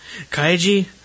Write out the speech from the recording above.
Kaiji